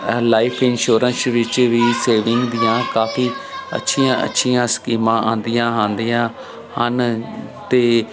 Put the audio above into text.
life insurance ਵਿੱਚ ਵੀ saving ਦੀਆਂ ਕਾਫੀ ਅੱਛੀਆਂ ਅੱਛੀਆਂ ਸਕੀਮਾਂ ਆਉਂਦੀਆਂ ਆਉਂਦੀਆਂ ਹਨ ਅਤੇ